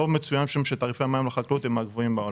לא מצוין שם שתעריפי המים לחקלאות הם מהגבוהים בעולם.